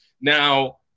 now